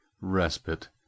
respite